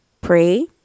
pray